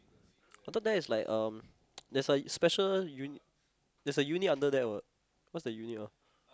I thought that is like um there's a special unit there's a unit under there [what] what's the unit ah